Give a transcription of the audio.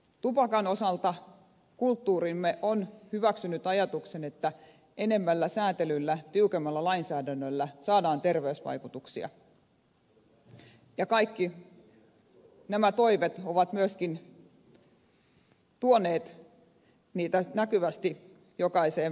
tupakan osalta kulttuurimme on hyväksynyt ajatuksen että enemmällä säätelyllä tiukemmalla lainsäädännöllä saadaan terveysvaikutuksia ja kaikki nämä toimet ovat myöskin tuoneet niitä vaikutuksia näkyvästi jokaiseen paikkaan